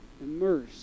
immersed